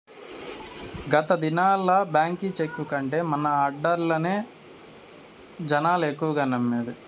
గత దినాల్ల బాంకీ చెక్కు కంటే మన ఆడ్డర్లనే జనాలు ఎక్కువగా నమ్మేది